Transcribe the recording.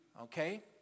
Okay